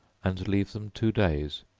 and leave them two days,